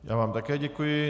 Já vám také děkuji.